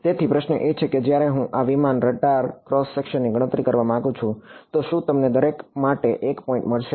તેથી પ્રશ્ન એ છે કે જ્યારે હું આ વિમાનના રડાર ક્રોસ સેકશનની ગણતરી કરવા માંગુ છું તો શું તમને દરેક માટે એક પોઇન્ટ મળશે